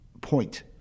point